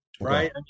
right